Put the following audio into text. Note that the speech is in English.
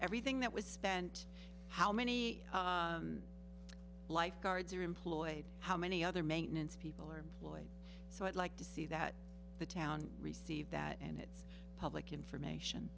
everything that was spent how many lifeguards are employed how many other maintenance people are lloyd so i'd like to see that the town receive that and it's public information